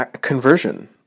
conversion